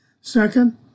Second